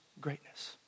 greatness